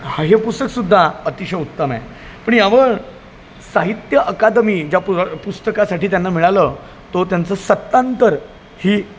हा हे पुस्तक सुद्धा अतिशय उत्तम आहे पण यावर साहित्य अकादमी ज्या पु पुस्तकासाठी त्यांना मिळालं तो त्यांचं सत्तांतर ही